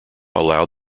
allowed